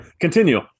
Continue